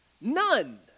None